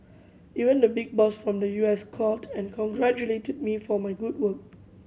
even the big boss from the U S called and congratulated me for my good work